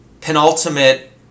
penultimate